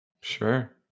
Sure